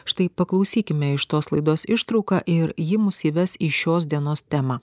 štai paklausykime iš tos laidos ištrauką ir ji mus įves į šios dienos temą